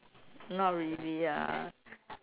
not really lah